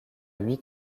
huit